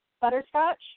butterscotch